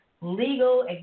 legal